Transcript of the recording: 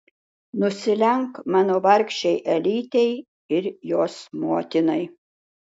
nusilenk mano vargšei elytei ir jos motinai